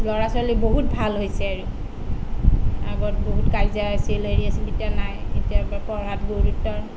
ল'ৰা ছোৱালী বহুত ভাল হৈছে আৰু আগত বহুত কাজিয়া আছিল হেৰি আছিল এতিয়া নাই এতিয়া বা পঢ়াত গুৰুত্ব